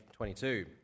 22